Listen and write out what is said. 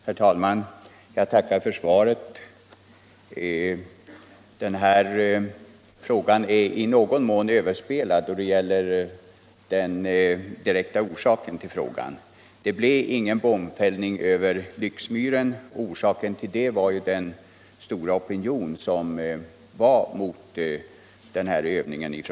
Nr 132 Herr talman! Tack för svaret! | Torsdagen den Den direktä orsaken till frågan är i någon mån överspelad. Det blev 20 maj 1976 ingen bombfällning över Lycksmyren. Anledningen härtill var den starka. oo opinionen mot denna flygvapenövning.